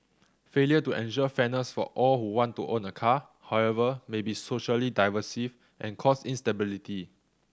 failure to ensure fairness for all who want to own a car however may be socially divisive and cause instability